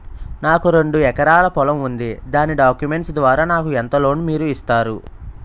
నాకు రెండు ఎకరాల పొలం ఉంది దాని డాక్యుమెంట్స్ ద్వారా నాకు ఎంత లోన్ మీరు ఇస్తారు?